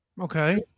Okay